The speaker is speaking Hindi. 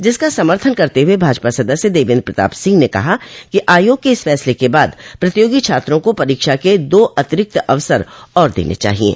जिसका समर्थन करते हुए भाजपा सदस्य देवेन्द्र प्रताप सिंह ने कहा कि आयोग के इस फैसले के बाद प्रतियोगी छात्रों को परीक्षा के दो अतिरिक्त अवसर और देने चाहिये